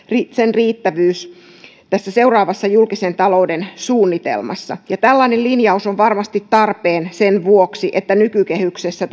riittävyys seuraavassa julkisen talouden suunnitelmassa tällainen linjaus on varmasti tarpeen sen vuoksi että nykykehyksessä